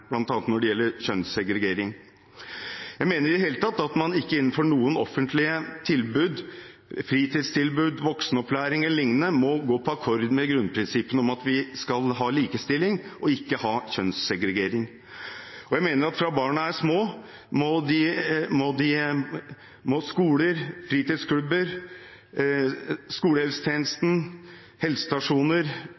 når det gjelder kjønnssegregering. Jeg mener i det hele tatt at man ikke innenfor noen offentlige tilbud – fritidstilbud, voksenopplæring eller lignende – må gå på akkord med grunnprinsippene om at vi skal ha likestilling og ikke skal ha kjønnssegregering. Jeg mener at fra barna er små, må skoler, fritidsklubber, skolehelsetjenesten, helsestasjoner og avdelingene for de